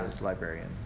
librarian